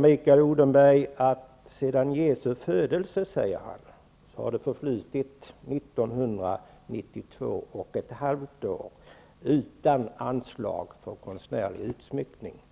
Mikael Odenberg säger att det sedan Jesu födelse har förflutit nittonhundraåttiosex och ett halvt år utan anslag för konstnärlig utsmyckning.